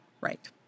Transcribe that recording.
right